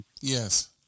Yes